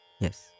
yes